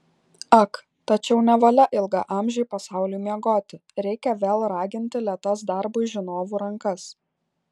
ak tačiau nevalia ilgaamžiui pasauliui miegoti reikia vėl raginti lėtas darbui žinovų rankas